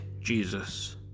Jesus